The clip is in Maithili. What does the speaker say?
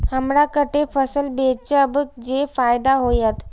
हमरा कते फसल बेचब जे फायदा होयत?